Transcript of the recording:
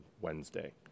Wednesday